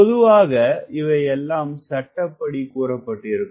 பொதுவாக இவையெல்லாம் சட்டப்படி கூறப்பட்டிருக்கும்